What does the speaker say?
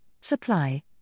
supply